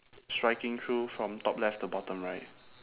striking through from top left to bottom right